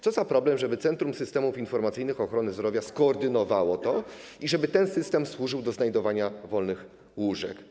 Co za problem, żeby Centrum Systemów Informacyjnych Ochrony Zdrowia skoordynowało to i żeby ten system służył do znajdowania wolnych łóżek?